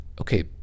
okay